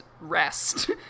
rest